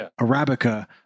Arabica